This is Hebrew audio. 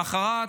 כבר למחרת,